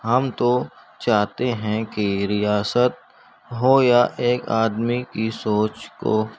ہم تو چاہتے ہیں کہ ریاست ہو یا ایک آدمی کی سوچ کو